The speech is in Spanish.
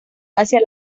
hacia